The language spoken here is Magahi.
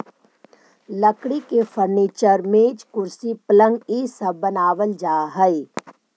लकड़ी के फर्नीचर, मेज, कुर्सी, पलंग इ सब बनावल जा हई